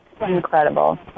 incredible